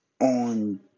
on